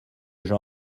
jean